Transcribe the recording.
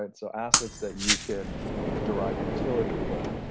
and so assets that you can derive utility from,